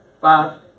Five